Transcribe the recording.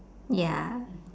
ya